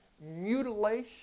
mutilation